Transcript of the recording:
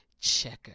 checker